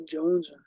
Jones